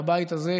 בבית הזה,